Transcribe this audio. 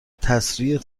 تسریع